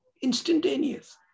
instantaneous